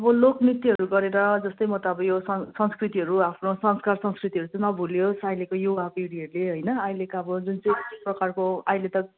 अब लोक नृत्यहरू गरेर जस्तै म त अब यो संस्कृतिहरू आफ्नो संस्कार संस्कृतिहरू चाहिँ नभुलिओस् अहिलेको युवापिँढीहरूले होइन अहिलेको अब जुन चाहिँ प्रकारको अहिले त